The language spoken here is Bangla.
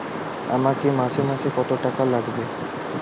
আমাকে মাসে মাসে কত টাকা লাগবে?